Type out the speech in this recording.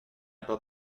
pas